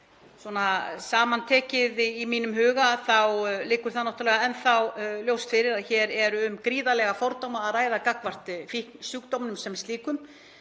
Samantekið í mínum huga þá liggur það náttúrlega enn þá ljóst fyrir að hér er um gríðarlega fordóma að ræða gagnvart fíknisjúkdómnum sem slíkum.